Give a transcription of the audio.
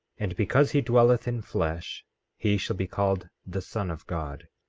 and because he dwelleth in flesh he shall be called the son of god,